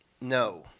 No